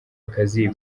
akazi